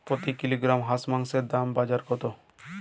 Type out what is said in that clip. প্রতি কিলোগ্রাম হাঁসের মাংসের বাজার দর কত?